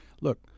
Look